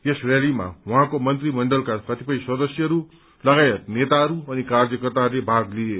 यस रयालीमा उहाँको मन्त्रीमण्डलका कतिपय सदस्यहरू लगायत नेताहरू अनि कार्यकर्ताहरूले भाग लिए